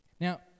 Now